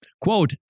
quote